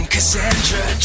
Cassandra